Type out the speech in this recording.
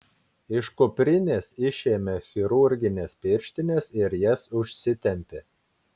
iš kuprinės išėmė chirurgines pirštines ir jas užsitempė